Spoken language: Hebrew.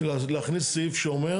להכניס סעיף שאומר